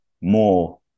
more